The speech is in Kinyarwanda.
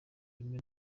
rimwe